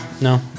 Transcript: No